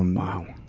um wow!